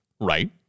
Right